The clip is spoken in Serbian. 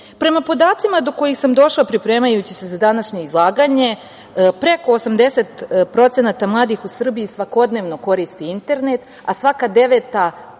podacima do kojih sam došla pripremajući se za današnje izlaganje, preko 80% mladih u Srbiji svakodnevno koristi internet, a svaka deveta